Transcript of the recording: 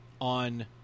on